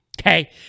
okay